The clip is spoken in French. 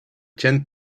tiennent